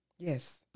Yes